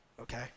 okay